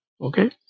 Okay